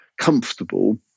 comfortable